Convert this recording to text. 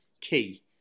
key